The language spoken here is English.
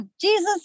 Jesus